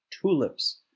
tulips